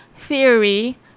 theory